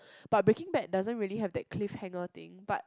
but Breaking Bad doesn't really have that cliffhanger thing but